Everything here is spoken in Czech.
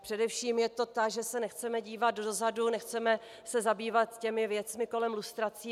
Především je to ta, že se nechceme dívat dozadu, nechceme se zabývat věcmi kolem lustrací.